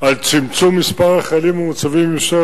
על צמצום מספר החיילים המוצבים במשטרת